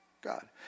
God